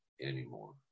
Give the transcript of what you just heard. anymore